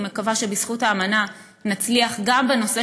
אני מקווה שבזכות האמנה נצליח גם בנושא